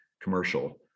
commercial